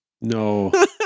no